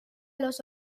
los